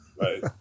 Right